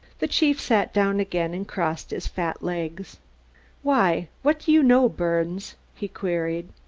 the chief sat down again and crossed his fat legs why, what do you know, birnes? he queried.